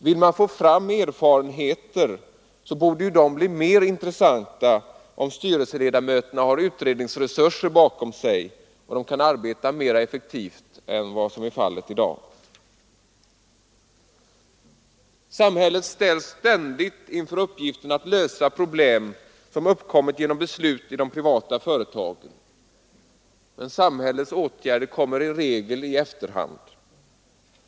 Vill man få fram erfarenheter borde de bli mer intressanta om styrelseledamöterna har utredningsresurser bakom sig och kan arbeta mer effektivt än vad som är fallet i dag. Samhället ställs ständigt inför uppgiften att lösa problem som uppkommit genom beslut i de privata företagen. Men samhällets åtgärder kommer som regel i efterhand.